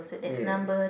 ya